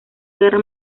guerra